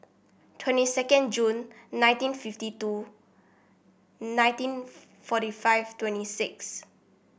twenty second Jun nineteen fifty two nineteen forty five twenty six